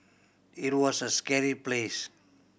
it was a scary place